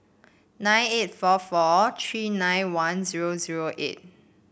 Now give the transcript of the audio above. nine eight four four tree nine one zero zero eight